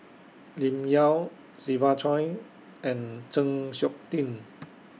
Lim Yau Siva Choy and Chng Seok Tin